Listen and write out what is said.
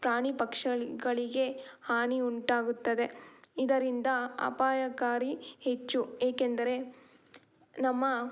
ಪ್ರಾಣಿ ಪಕ್ಷಿಗಳಿಗೆ ಹಾನಿ ಉಂಟಾಗುತ್ತದೆ ಇದರಿಂದ ಅಪಾಯಕಾರಿ ಹೆಚ್ಚು ಏಕೆಂದರೆ ನಮ್ಮ